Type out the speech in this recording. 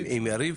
יריב.